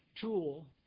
tool